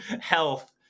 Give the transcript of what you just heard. health